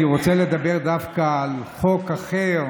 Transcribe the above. אני רוצה לדבר דווקא על חוק אחר,